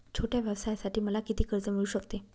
छोट्या व्यवसायासाठी मला किती कर्ज मिळू शकते?